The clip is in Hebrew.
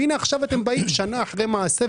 והינה עכשיו אתם באים שנה אחרי מעשה,